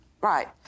Right